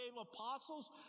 apostles